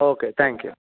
okay thank you